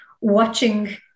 watching